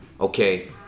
okay